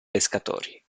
pescatori